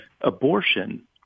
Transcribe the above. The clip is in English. Abortion